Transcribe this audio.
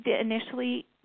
initially